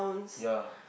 ya